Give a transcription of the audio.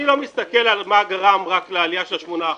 אני לא מסתכל על מה גרם רק לעלייה של שמונה אחוזים.